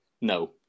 No